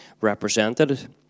represented